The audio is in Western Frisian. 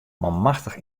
manmachtich